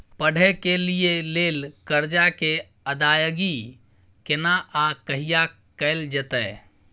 पढै के लिए लेल कर्जा के अदायगी केना आ कहिया कैल जेतै?